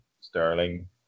Sterling